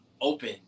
open